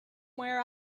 where